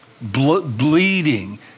bleeding